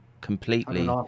completely